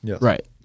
Right